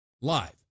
live